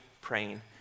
praying